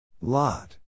Lot